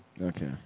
Okay